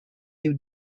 you